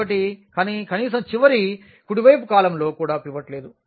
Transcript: కాబట్టి కనీసం చివరి కుడివైపు కాలమ్లో కూడా పివట్ లేదు